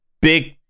big